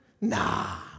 Nah